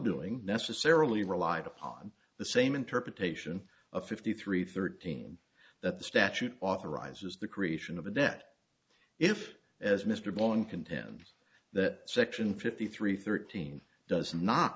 doing necessarily relied upon the same interpretation of fifty three thirteen that the statute authorizes the creation of a debt if as mr bowen contends that section fifty three thirteen does not